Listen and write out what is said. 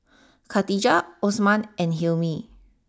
Katijah Osman and Hilmi